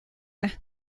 what